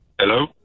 Hello